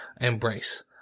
Embrace